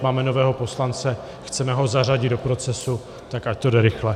Máme nového poslance, chceme ho zařadit do procesu, tak ať to jde rychle.